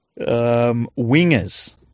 Wingers